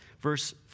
verse